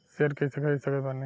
Share कइसे खरीद सकत बानी?